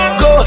go